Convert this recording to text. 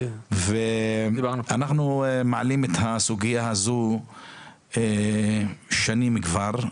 אנחנו מעלים את הסוגיה הזו שנים כבר,